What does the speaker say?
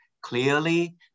Clearly